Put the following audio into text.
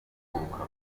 guhaguruka